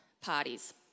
parties